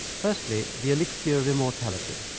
firstly, the elixir of immortality.